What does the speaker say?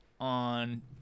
on